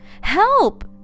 Help